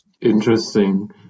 interesting